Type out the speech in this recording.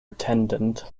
attendant